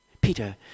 Peter